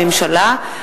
מטעם הממשלה,